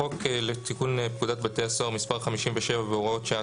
בחוק לתיקון פקודת בתי הסוהר (מס' 57 והוראות שעה),